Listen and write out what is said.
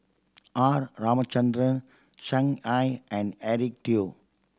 R Ramachandran Shen I and Eric Teo